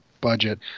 budget